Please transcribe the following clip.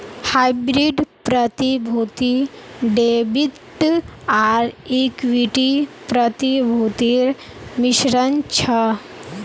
hybrid प्रतिभूति debit आर equity प्रतिभूतिर मिश्रण छ